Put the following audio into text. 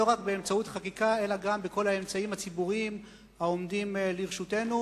לא רק באמצעות חקיקה אלא גם בכל האמצעים הציבוריים העומדים לרשותנו.